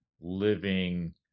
living